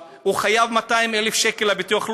אבל הוא חייב 200,000 שקל לביטוח הלאומי.